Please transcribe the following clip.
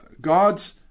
God's